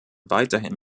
weiterhin